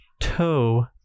toe